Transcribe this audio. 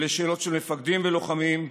אלה שאלות של מפקדים ולוחמים,